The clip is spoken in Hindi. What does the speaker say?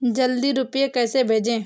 जल्दी रूपए कैसे भेजें?